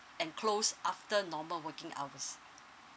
and close after normal working hours